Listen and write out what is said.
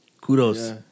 Kudos